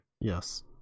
Yes